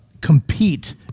compete